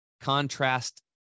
contrast